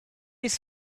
his